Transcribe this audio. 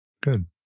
good